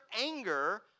anger